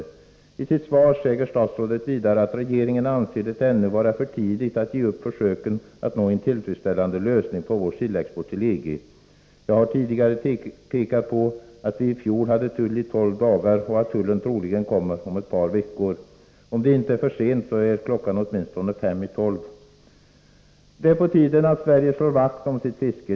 I sitt interpellationssvar säger statsrådet vidare att regeringen ”anser det ännu vara för tidigt att ge upp försöken att nå en tilifredsställande lösning för vår sillexport till EG”. Jag har tidigare pekat på att vi i fjol hade tull under tolv dagar och att tull troligen kommer att införas om ett par veckor. Om det inte är för sent, så är klockan åtminstone fem i tolv. Det är på tiden att Sverige slår vakt om sitt fiske.